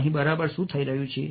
તો અહીં બરાબર શું થઈ રહ્યું છે